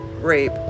rape